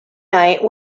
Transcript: night